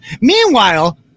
Meanwhile